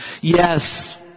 yes